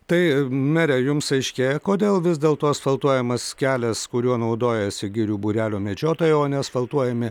tai mere jums aiškėja kodėl vis dėlto asfaltuojamas kelias kuriuo naudojasi girių būrelio medžiotojai o ne asfaltuojami